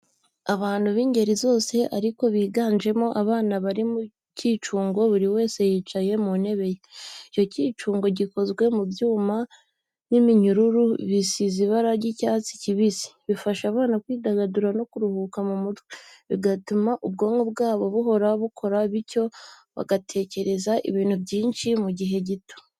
Abantu b'ingeri zose ariko biganjemo abana bari mu cyicungo buri wese yicaye mu ntebe ye. Icyo cyicungo gikozwe mu byuma n'iminyururu bisize ibara ry'icyatsi kibisi. Bifasha abana kwidagadura no kuruhuka mu mutwe, bigatuma ubwonko bwabo buhora bukora bityo bagatekereza ibintu byinshi mu gihe gito.